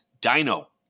Dino